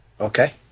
Okay